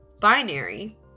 binary